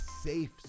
safe